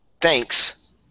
thanks